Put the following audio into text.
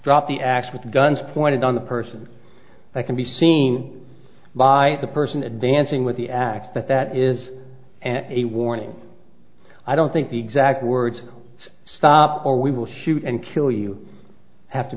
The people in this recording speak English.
drop the ax with guns pointed on the person that can be seen by the person advancing with the ax that that is a warning i don't think the exact words stop or we will shoot and kill you have to